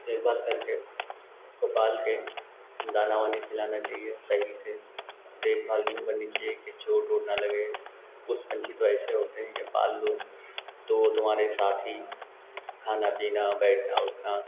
देखभाल करके उसको पालकर दाना वाना खिलाना चहिए सही से देखभाल यूँ करनी चहिए कि चोट वोट ना लगे कुछ पक्षी तो ऐसे होते हैं कि पाल लो तो वह तुम्हारे साथ ही खाना पीना बैठना उठना